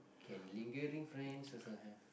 can lingering friends also have